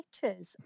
teachers